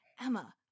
Emma